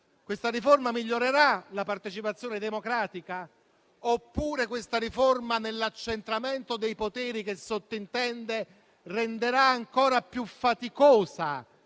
Questa riforma migliorerà la partecipazione democratica, oppure, nell'accentramento dei poteri che sottintende, renderà ancora più faticosa